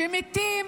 שמתים